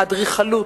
האדריכלות,